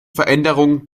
veränderungen